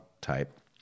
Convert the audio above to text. type